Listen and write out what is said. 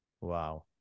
wow